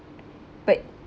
but